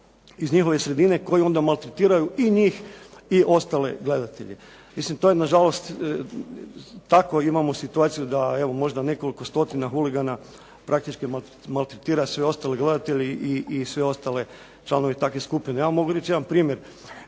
iz njihove sredine koji onda maltretiraju i njih i ostale gledatelje. Mislim to je na žalost tako imamo situaciju, da evo možda nekoliko stotina huligana praktički maltretira sve ostale gledatelje i sve ostale članove takvih skupina. Ja vam mogu reći jedan primjer.